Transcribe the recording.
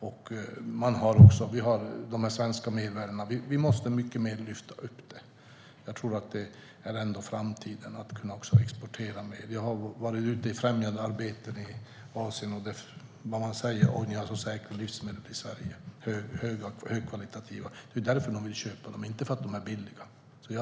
Vi måste lyfta fram de svenska mervärdena mycket mer. Det är framtiden att också kunna exportera mer. Jag har rest i Asien för främjandearbete. Där säger man att vi har så säkra och högkvalitativa livsmedel i Sverige. Det är därför man vill köpa våra livsmedel, inte för att de är billiga.